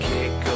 Kick